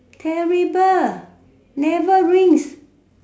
terrible never rinse